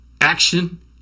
action